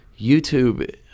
YouTube